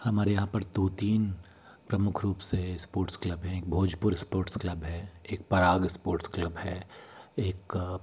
हमारे यहाँ पर दो तीन प्रमुख रूप से इस्पोट्स क्लब हैं एक भोजपुर इस्पोर्ट्स क्लब है एक पराग इस्पोर्ट्स क्लब है एक